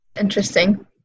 Interesting